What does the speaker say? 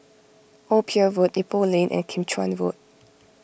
Old Pier Road Ipoh Lane and Kim Chuan Road